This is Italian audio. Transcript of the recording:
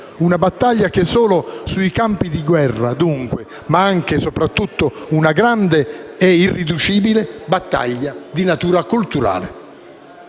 una battaglia combattuta solo sui campi di guerra, dunque, ma anche e soprattutto una grande e irriducibile battaglia culturale.